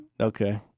Okay